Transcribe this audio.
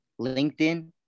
LinkedIn